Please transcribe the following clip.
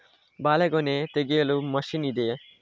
ಬಾಳೆಗೊನೆ ತೆಗೆಯಲು ಮಷೀನ್ ಇದೆಯಾ?